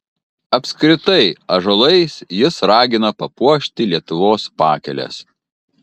apskritai ąžuolais jis ragina papuošti lietuvos pakeles